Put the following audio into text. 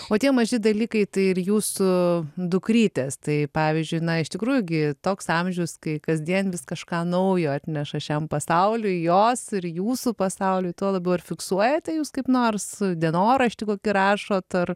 o tie maži dalykai tai ir jūsų dukrytės tai pavyzdžiui na iš tikrųjų gi toks amžius kai kasdien vis kažką naujo atneša šiam pasauliui jos ir jūsų pasauliui tuo labiau ir fiksuojate jūs kaip nors dienoraštį kokį rašot ar